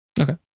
okay